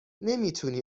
نمیتونی